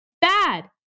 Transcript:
Bad